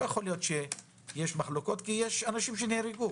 לא יכול להיות שיש מחלוקות, כי יש אנשים שנהרגו.